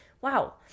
Wow